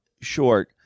short